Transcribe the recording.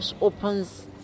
opens